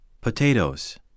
Potatoes